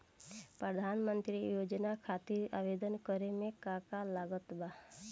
प्रधानमंत्री योजना खातिर आवेदन करे मे का का लागत बा?